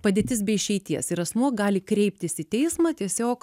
padėtis be išeities ir asmuo gali kreiptis į teismą tiesiog